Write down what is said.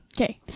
Okay